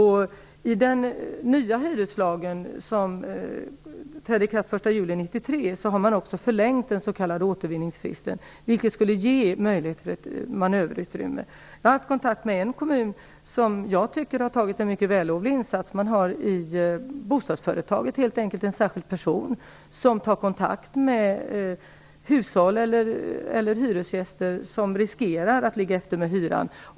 I den nya hyreslagen, som trädde i kraft den 1 juli 1993, är den s.k. återvinningsfristen förlängd, vilket kan ge manöverutrymme. Jag har haft kontakt med en kommun som jag tycker har gjort en mycket vällovlig insats. I bostadsföretaget finns en särskild person som tar kontakt med hushåll eller hyresgäster som riskerar att komma efter med hyran.